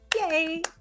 yay